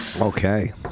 Okay